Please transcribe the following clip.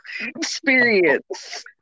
experience